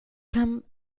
come